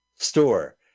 store